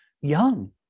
young